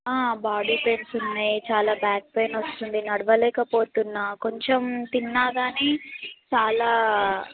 body pains ఉన్నాయి చాలా back pain వస్తుంది నడవలేక పోతున్నాను కొంచెం తిన్నా కానీ చాలా